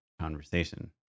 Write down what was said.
conversation